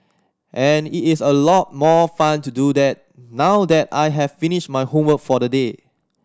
and it is a lot more fun to do that now that I have finished my homework for the day